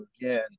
again